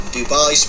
Dubai